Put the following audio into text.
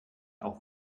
auch